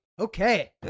Okay